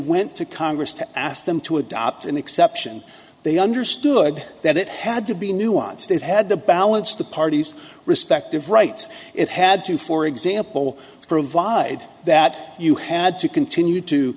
went to congress to ask them to adopt an exception they understood that it had to be nuanced it had to balance the party's respective rights it had to for example provide that you had to continue to